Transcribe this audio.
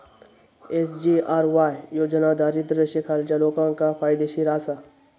SGRY योजना दारिद्र्य रेषेखालच्या लोकांका फायदेशीर आसा